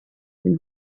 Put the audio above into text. been